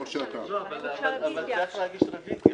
צריך להגיש רביזיה.